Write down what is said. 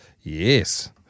Yes